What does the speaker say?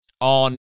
on